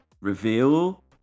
Reveal